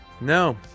No